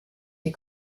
die